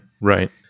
Right